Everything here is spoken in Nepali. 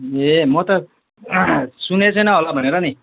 ए म त सुनेको छैन होला भनेर नि